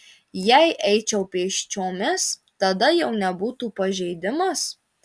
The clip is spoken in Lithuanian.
jei eičiau pėsčiomis tada jau nebūtų pažeidimas